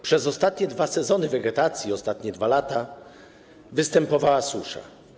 Przez ostatnie 2 sezony wegetacji, ostatnie 2 lata występowała susza.